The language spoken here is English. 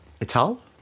Ital